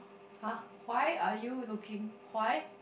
ah Kuai are looking Kuai